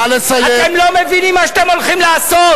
אתם לא מבינים מה שאתם הולכים לעשות.